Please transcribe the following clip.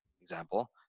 example